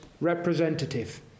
representative